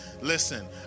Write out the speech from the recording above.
Listen